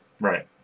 Right